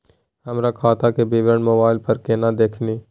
हमर खतवा के विवरण मोबाईल पर केना देखिन?